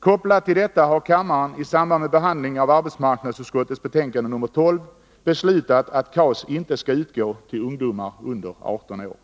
Kopplat till detta har kammaren i samband med behandlingen av arbetsmarknadsutskottets betänkande nr 12 beslutat att KAS inte skall utgå till ungdomar under 18 år.